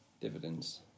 dividends